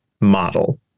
model